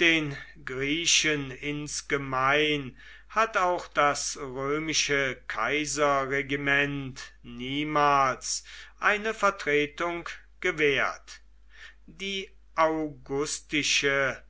den griechen insgemein hat auch das römische kaiserregiment niemals eine vertretung gewährt die augustische